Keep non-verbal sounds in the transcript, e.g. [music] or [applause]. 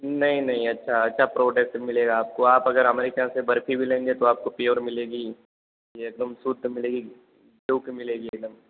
नहीं नहीं अच्छा अच्छा प्रोडक्ट मिलेगा आपको आप अगर मेरे ख्याल से बर्फी भी लेंगे तो आपको प्योर मिलेगी एकदम शुद्ध मिलेगी [unintelligible] मिलेगी एकदम